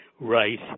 Right